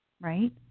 right